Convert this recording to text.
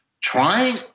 trying